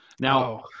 Now